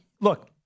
look